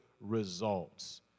results